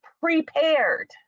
prepared